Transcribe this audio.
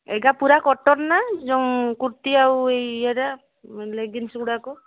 ଏଇଗା ପୁରା କଟନ୍ ନା ଯେଉଁ କୁର୍ତ୍ତୀ ଆଉ ଏଇ ଲେଗିନ୍ସ ଗୁଡ଼ାକ